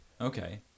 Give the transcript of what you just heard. Okay